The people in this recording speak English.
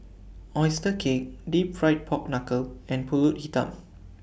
Oyster Cake Deep Fried Pork Knuckle and Pulut Hitam